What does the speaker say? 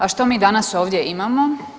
A što mi danas ovdje imamo?